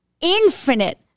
infinite